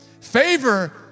Favor